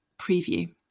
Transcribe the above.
preview